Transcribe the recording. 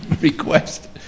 request